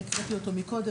שהקראתי קודם,